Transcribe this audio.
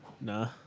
Nah